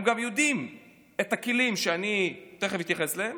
הם גם יודעים את הכלים שאני תכף אתייחס אליהם,